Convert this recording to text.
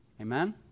Amen